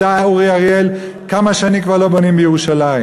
אורי אריאל הודה: כמה שנים כבר לא בונים בירושלים.